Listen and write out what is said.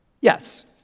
Yes